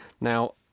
Now